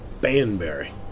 Banbury